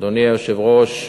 אדוני היושב-ראש,